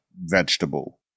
vegetable